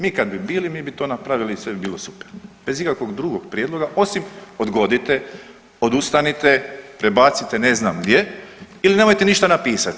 Mi kad bi bili mi bi to napravili i sve bi bilo super bez ikakvog drugog prijedloga osim odgodite, odustanite, prebacite ne znam gdje ili nemojte ništa napisati.